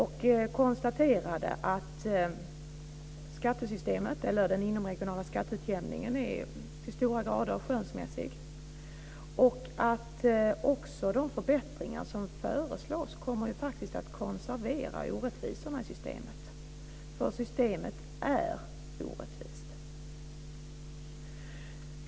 De konstaterade att den inomregionala skatteutjämningen är i hög grad skönsmässig och att de förbättringar som föreslås kommer att konservera orättvisorna i systemet. Systemet är orättvist.